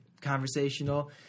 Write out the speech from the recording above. conversational